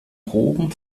proben